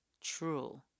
true